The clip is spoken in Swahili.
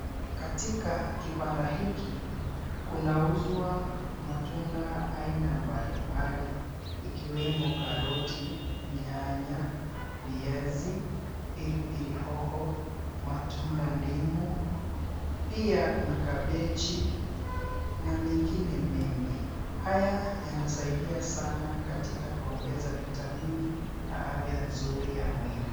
Katika kibanda hiki kunauzwa matunda aina mbalimbali ikiwemo karoti, nyanya, viazi, pilipili hoho, matunda, ndimu, pia kuna kabichi na mengine mengi. Haya yanasaidia sana katika kuongeza vitamini na afya nzuri ya mwili.